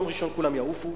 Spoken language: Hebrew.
ביום ראשון כולם יעופו.